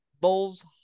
Bulls